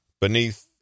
beneath